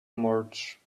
march